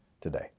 today